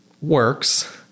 works